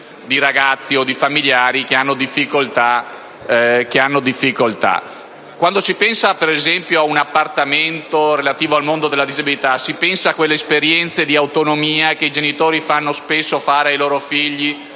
di ragazzi o di famigliari che hanno difficoltà. Quando si pensa, ad esempio, ad un appartamento relativo al mondo della disabilità si pensa a quelle esperienze di autonomia che i genitori fanno spesso fare ai loro figli,